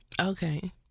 Okay